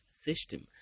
system